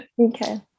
Okay